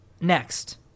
next